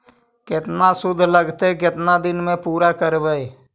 केतना शुद्ध लगतै केतना दिन में पुरा करबैय?